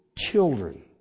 Children